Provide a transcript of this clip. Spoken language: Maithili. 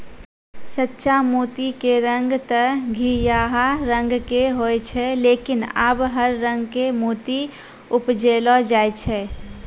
सच्चा मोती के रंग तॅ घीयाहा रंग के होय छै लेकिन आबॅ हर रंग के मोती उपजैलो जाय छै